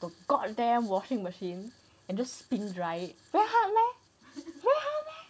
to god damn washing machine and just spin dry it very hard meh very hard meh